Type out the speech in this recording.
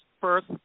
first